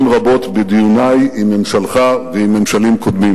רבות בדיוני עם ממשלך ועם ממשלים קודמים.